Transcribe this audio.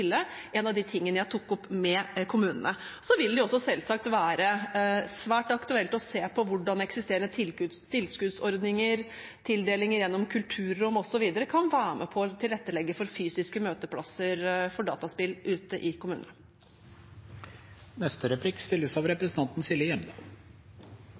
jeg tok opp med kommunene. Så vil det selvsagt være svært aktuelt å se på hvordan eksisterende tilskuddsordninger, tildelinger gjennom kulturrom osv. kan være med på å tilrettelegge for fysiske møteplasser for dataspill ute i